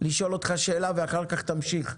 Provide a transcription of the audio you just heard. לשאול אותך שאלה ואחר כך תמשיך.